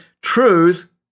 truth